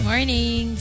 Morning